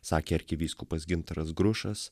sakė arkivyskupas gintaras grušas